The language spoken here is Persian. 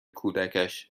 کودکش